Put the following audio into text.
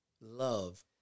love